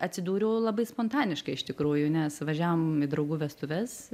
atsidūriau labai spontaniškai iš tikrųjų nes važiavom į draugų vestuves